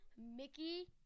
Mickey